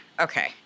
Okay